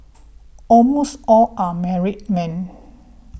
almost all are married men